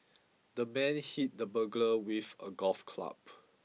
the man hit the burglar with a golf club